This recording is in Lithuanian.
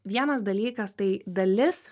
vienas dalykas tai dalis